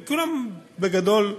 כולם, בגדול,